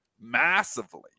massively